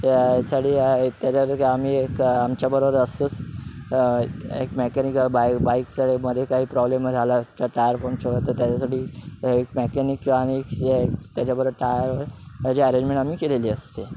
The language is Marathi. त्यासाडी त्यासाडी आम्ही एक आमच्याबरोबर असंच एक मेकॅनिक बाई बाईकसामध्ये काही प्रॉब्लेम झाला टायर पोनच्यावर तर त्याच्यासाठी मेकॅनिक आणिक त्याच्याबरोबर टायरची अरेंजमेंट आम्ही केलेली असते